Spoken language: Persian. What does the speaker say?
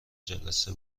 جلسه